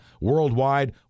Worldwide